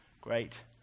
great